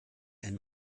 ein